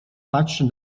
patrzy